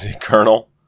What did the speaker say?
Colonel